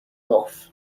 off